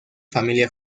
familia